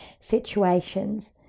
situations